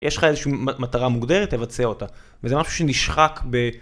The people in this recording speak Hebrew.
יש לך איזשהו מטרה מוגדרת, תבצע אותה, וזה משהו שנשחק ב...